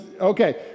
Okay